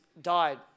died